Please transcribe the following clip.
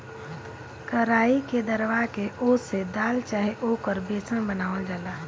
कराई के दरवा के ओसे दाल चाहे ओकर बेसन बनावल जाला